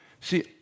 See